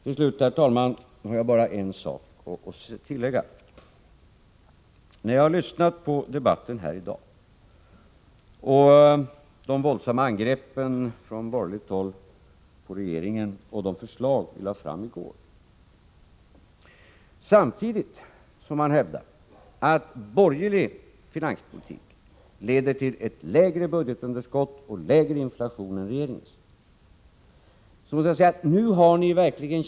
Till slut, herr talman, vill jag tillägga en sak. Jag har lyssnat på debatten här i dag och de våldsamma angreppen från borgerligt håll på regeringen och de förslag som vi lade fram i går. Samtidigt hävdar man att den borgerliga finanspolitiken leder till ett mindre budgetunderskott och en lägre inflation än regeringens finanspolitik.